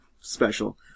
special